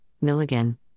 Milligan